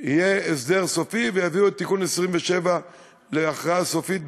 יהיה הסדר סופי ויביאו את תיקון 27 להכרעה סופית בשלמות.